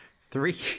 three